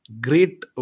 great